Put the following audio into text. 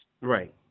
right